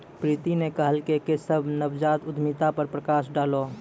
प्रीति न कहलकै केशव नवजात उद्यमिता पर प्रकाश डालौ